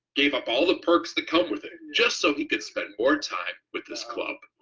gave up all the perks that come with it just so he could spend more time with this club.